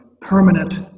permanent